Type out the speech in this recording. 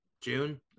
June